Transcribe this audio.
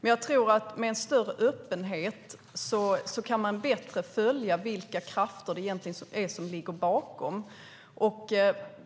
Jag tror att med en större öppenhet kan man bättre följa vilka krafter det egentligen är som ligger bakom.